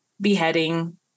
beheading